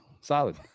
Solid